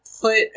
put